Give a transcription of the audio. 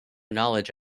knowledge